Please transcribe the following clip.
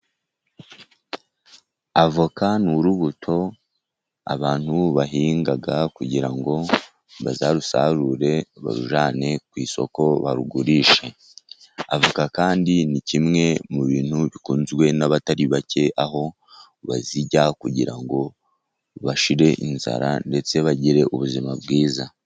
Avoka ni urubuto abantu bahinga, kugira ngo bazarusarure barujyane ku isoko barugurishe. Avoka kandi ni kimwe mu bintu bikunzwe n'abatari bake, aho bazirya kugira ngo bashire inzara ndetse bagire ubuzima bwiza.